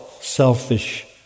selfish